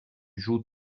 joues